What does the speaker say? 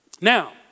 Now